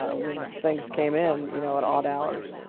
ah when things came in, you know, at odd hours,